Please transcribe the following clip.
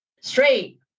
straight